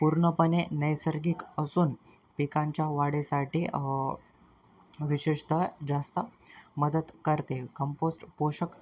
पूर्णपणे नैसर्गिक असून पिकांच्या वाढीसाठी विशेषतः जास्त मदत करते कंपोस्ट पोषक